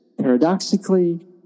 paradoxically